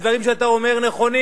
הדברים שאתה אומר נכונים.